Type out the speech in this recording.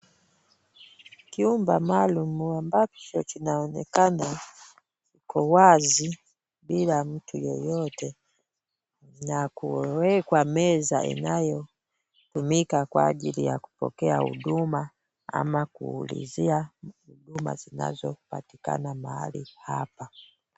Kiumba maalum ambacho kinaonekana kiko wazi, bila mtu yoyote, na kimewekwa meza inayotumika kwa ajili ya kupokea huduma, au kuulizia huduma zinazopatikana hapa.